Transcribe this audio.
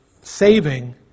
saving